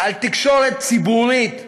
על תקשורת ציבורית ביקורתית,